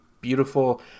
beautiful